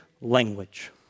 language